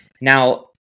Now